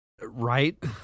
Right